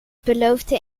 beloofde